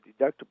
deductible